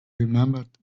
remembered